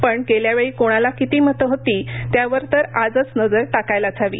पण गेल्यावेळी कोणाला किती मतं होती त्यावर तर आजच नजर टाकायलाच हवी